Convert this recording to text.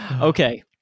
okay